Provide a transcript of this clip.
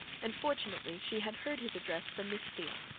and fortunately she had heard his address from miss steele.